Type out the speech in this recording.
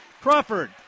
Crawford